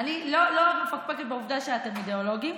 אני לא מפקפקת בעובדה שאתם אידיאולוגים,